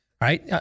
Right